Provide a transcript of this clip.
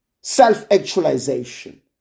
self-actualization